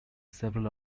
several